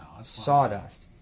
Sawdust